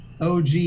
og